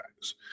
guys